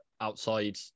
outside